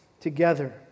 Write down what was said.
together